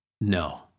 no